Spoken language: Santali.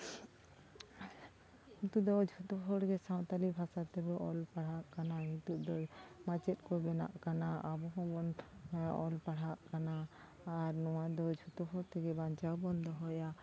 ᱱᱤᱛᱳᱜ ᱫᱚ ᱡᱷᱚᱛᱚ ᱦᱚᱲ ᱜᱮ ᱥᱟᱱᱛᱟᱲᱤ ᱵᱷᱟᱥᱟ ᱛᱮᱵᱚ ᱚᱞ ᱯᱟᱲᱦᱟᱣ ᱠᱟᱱᱟ ᱱᱤᱛᱳᱜ ᱫᱚ ᱢᱟᱪᱮᱫ ᱠᱚ ᱵᱮᱱᱟᱜ ᱠᱟᱱᱟ ᱟᱵᱚ ᱦᱚᱸᱵᱚᱱ ᱚᱞ ᱯᱟᱲᱦᱟᱜ ᱠᱟᱱᱟ ᱟᱨ ᱱᱚᱣᱟ ᱫᱚ ᱡᱷᱚᱛᱚ ᱦᱚᱲ ᱛᱮᱜᱮ ᱵᱟᱧᱪᱟᱣ ᱵᱚᱱ ᱫᱚᱦᱚᱭᱟ